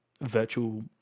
virtual